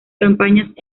campañas